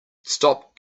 stop